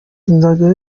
nzajyayo